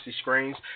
screens